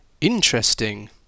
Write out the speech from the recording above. interesting